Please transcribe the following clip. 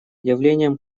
явлением